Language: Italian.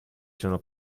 sono